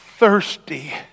thirsty